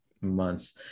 months